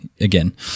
again